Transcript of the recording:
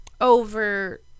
over